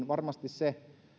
varmasti se